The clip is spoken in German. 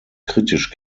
kritisch